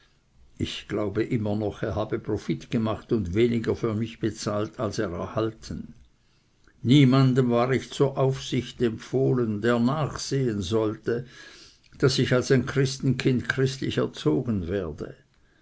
ich glaube immer er habe noch profit gemacht und weniger für mich bezahlt als er erhalten niemandem war ich zur aufsicht empfohlen nachzusehen daß ich als ein christenkind christlich erzogen werde